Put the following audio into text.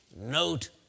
note